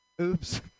Oops